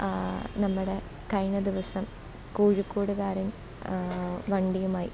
നമ്മുടെ കഴിഞ്ഞ ദിവസം കോഴിക്കോടുകാരൻ വണ്ടിയുമായി